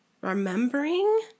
remembering